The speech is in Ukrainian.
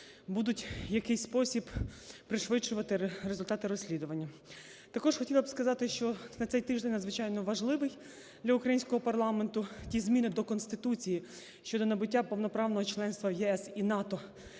будуть в якийсь спосіб пришвидшувати результати розслідування. Також хотіла б сказати, що цей тиждень надзвичайно важливий для українського парламенту. Ті зміни до Конституції щодо набуття повноправного членства в ЄС і НАТО